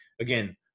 again